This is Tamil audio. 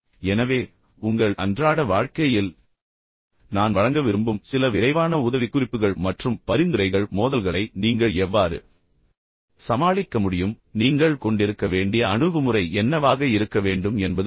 எனவே உங்கள் அன்றாட வாழ்க்கையில் நான் வழங்க விரும்பும் சில விரைவான உதவிக்குறிப்புகள் மற்றும் பரிந்துரைகள் மோதல்களை நீங்கள் எவ்வாறு சமாளிக்க முடியும் நீங்கள் கொண்டிருக்க வேண்டிய அணுகுமுறை என்னவாக இருக்க வேண்டும் என்பது பற்றி